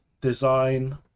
design